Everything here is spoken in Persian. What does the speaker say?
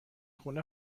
خونه